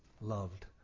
loved